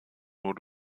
nur